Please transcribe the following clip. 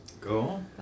Go